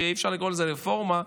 שאי-אפשר לקרוא לזה רפורמה,